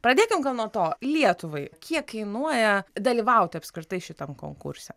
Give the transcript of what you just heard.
pradėkim gal nuo to lietuvai kiek kainuoja dalyvauti apskritai šitam konkurse